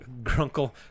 Grunkle